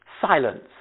silence